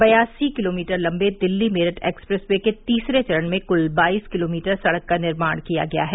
बयासी किलोमीटर लंबे Delhi Meerut expressway के तीसरे चरण में कुल बाईस किलोमीटर सड़क का निर्माण किया गया है